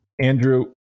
Andrew